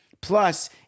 plus